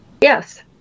Yes